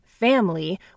family